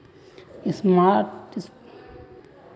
spot market लेनदेन exchange या over the counter हवा सक्छे